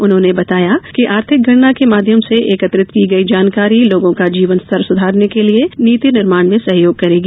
उन्होंने बताया कि आर्थिक गणना के माध्यम से एकत्रित की गई जानकारी लोगों का जीवन स्तर सुधारने के लिए नीति निर्माण में सहयोग करेगी